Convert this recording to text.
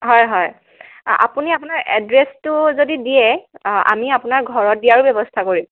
হয় হয় আপুনি আপোনাৰ এড্ৰেছটো যদি দিয়ে আমি আপোনাৰ ঘৰত দিয়াৰো ব্যৱস্থা কৰিম